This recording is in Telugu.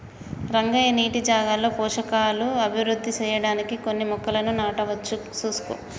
రంగయ్య నీటి జాగాలో పోషకాలు అభివృద్ధి సెయ్యడానికి కొన్ని మొక్కలను నాటవచ్చు సూసుకో